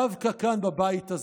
דווקא כאן, בבית הזה,